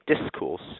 discourse